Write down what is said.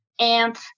AMP